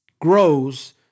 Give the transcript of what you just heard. grows